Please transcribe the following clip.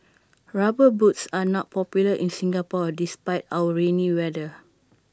rubber boots are not popular in Singapore despite our rainy weather